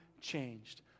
changed